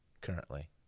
currently